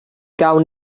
gawn